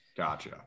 gotcha